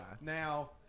Now